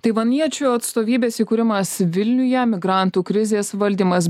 taivaniečių atstovybės įkūrimas vilniuje migrantų krizės valdymas